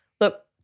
look